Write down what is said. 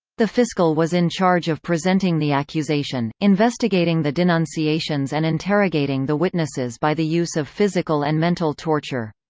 the fiscal was in charge of presenting the accusation, investigating the denunciations and interrogating the witnesses by the use of physical and mental torture.